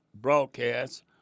broadcast